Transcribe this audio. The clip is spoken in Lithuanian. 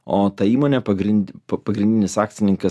o ta įmonė pagrind pagrindinis akcininkas